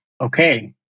Okay